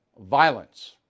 violence